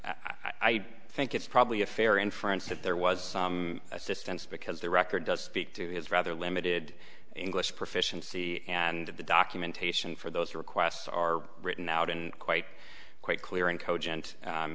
do think it's probably a fair inference that there was some assistance because the record does speak to it's rather limited english proficiency and the documentation for those requests are written out in quite quite clear